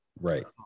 right